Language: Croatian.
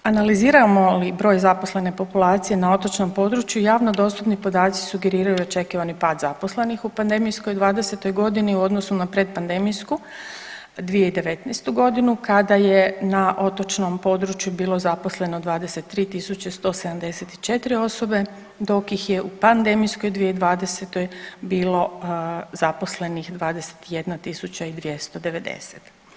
Analiziramo li broj zaposlene populacije na otočnom području javno dostupni podaci sugeriraju očekivani pad zaposlenih u pandemijskoj '20.g. u odnosu na pred pandemijsku 2019.g. kada je na otočnom području bilo zaposleno 23.174 osobe dok ih je u pandemijskoj 2020. bilo zaposlenih 21.290.